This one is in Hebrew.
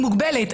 היא מוגבלת.